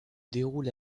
déroule